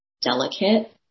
delicate